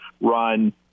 run